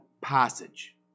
passage